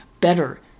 better